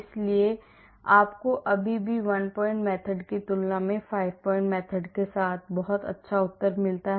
इसलिए आपको अभी भी one point method की तुलना में 5 point method के साथ बहुत अच्छा उत्तर मिलता है